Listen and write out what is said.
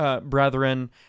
brethren